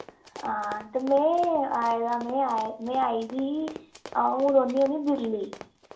हां ते में आए दा में आए में आए दी अ'ऊं रौह्नी होन्नी दिल्ली